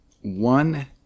one